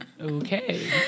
Okay